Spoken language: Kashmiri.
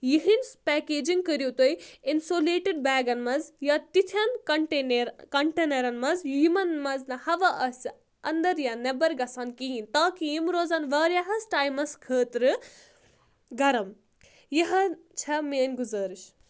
یِہٕنٛد پیکیجِنٛگ کٔرِو تُہۍ اِنسولیٹڈ بیگَن منٛز یا تِتھؠن کَنٹینیٚر کَنٹَنیٚرَن منٛز یِمَن مَنٛز نہٕ ہوا آسہِ اَندَر یا نؠبَر گژھان کِہیٖنۍ تاکہِ یِم روزَن واریَہَس ٹایمَس خٲطرٕ گَرَم یِہَن چھَ میٲنۍ گُزٲرِش